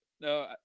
No